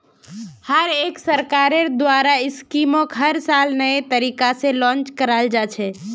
हर एक सरकारेर द्वारा स्कीमक हर साल नये तरीका से लान्च कराल जा छे